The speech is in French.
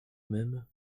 même